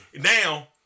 Now